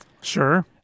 Sure